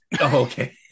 okay